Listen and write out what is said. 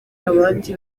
abandi